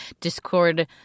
Discord